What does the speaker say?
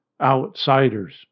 Outsiders